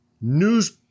news